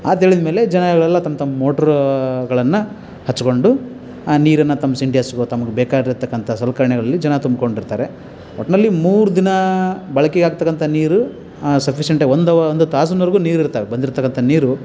ಆತ ಹೇಳಿದ ಮೇಲೆ ಜನಗಳೆಲ್ಲ ತಮ್ಮ ತಮ್ಮ ಮೊಟ್ರುಗಳನ್ನು ಹಚ್ಕೊಂಡು ಆ ನೀರನ್ನು ತಮ್ಮ ಸಿಂಟೆಕ್ಸ್ಗೋ ತಮ್ಗೆ ಬೇಕಾಗಿರತಕ್ಕಂಥ ಸಲಕರ್ಣೆಗಳಲ್ಲಿ ಜನ ತುಂಬಿಕೊಂಡಿರ್ತಾರೆ ಒಟ್ಟಿನಲ್ಲಿ ಮೂರು ದಿನ ಬಳಕೆ ಆಗತಕ್ಕಂಥ ನೀರು ಸಫಿಶೆಂಟಾಗಿ ಒಂದು ಒಂದು ತಾಸಿನವರ್ಗೂ ನೀರಿರ್ತವೆ ಬಂದಿರತಕ್ಕಂಥ ನೀರು